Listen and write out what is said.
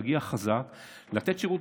להגיע חזק ולתת שירות,